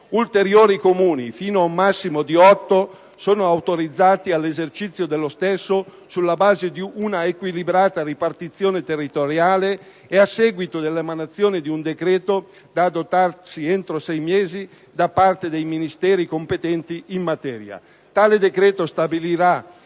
Ulteriori Comuni, fino ad un massimo di otto, sono autorizzati all'esercizio dello stesso, sulla base di una equilibrata ripartizione territoriale e a seguito dell'emanazione di un decreto da adottarsi entro 6 mesi da parte dei Ministeri competenti in materia. Tale decreto stabilirà